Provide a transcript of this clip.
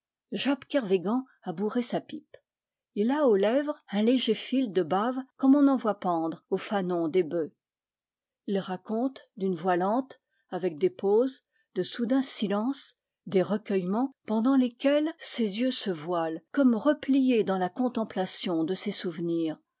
job kervégan a bourré sa pipe il a aux lèvres un léger fil de bave comme on en voit pendre aux fanons des bœufs il raconte d'une voix lente avec des pauses de soudains silences des recueillements pendant lesquels ses yeux se voilent comme repliés dans la contemplation de ses sou